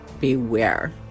beware